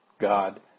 God